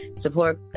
support